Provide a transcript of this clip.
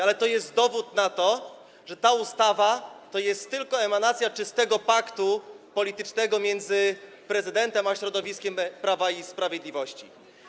Ale to jest dowód, że ta ustawa to jest tylko emanacja czystego paktu politycznego między prezydentem a środowiskiem Prawa i Sprawiedliwości.